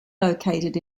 located